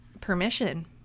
permission